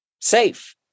safe